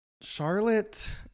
Charlotte